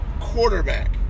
quarterback